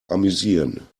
amüsieren